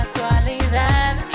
casualidad